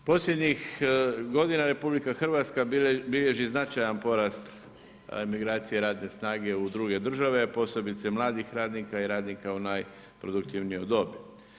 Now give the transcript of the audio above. U posljednjih godina RH bilježi značajan porast migracija radne snage u druge države, a posebice mladih radnika i radnika u najproduktivnijoj dobi.